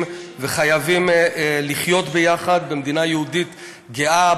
וחייבים לחיות ביחד במדינה יהודית גאה.